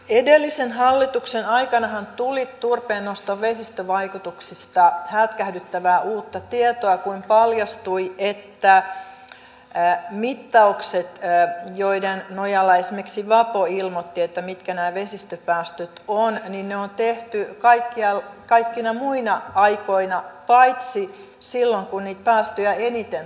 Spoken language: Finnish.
edellisen hallituksen aikanahan tuli turpeennoston vesistövaikutuksista hätkähdyttävää uutta tietoa kun paljastui että mittaukset joiden nojalla esimerkiksi vapo ilmoitti mitkä nämä vesistöpäästöt ovat on tehty kaikkina muina aikoina paitsi silloin kun niitä päästöjä eniten tulee